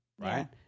right